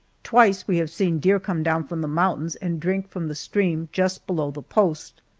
twice we have seen deer come down from the mountains and drink from the stream just below the post.